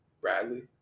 Bradley